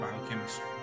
Biochemistry